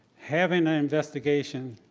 have an ah investigation,